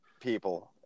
people